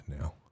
now